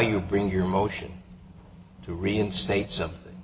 you bring your motion to reinstate something